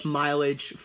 mileage